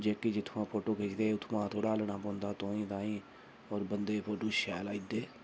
जेह्के जित्थुआं फोटो खिचदे उत्थुआं थोह्ड़ा हल्लना पौंदा ताहीं तुआंही और बंदे दे फोटू शैल आई जंदे